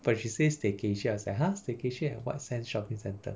but she say staycation I was like !huh! staycation at white sands shopping centre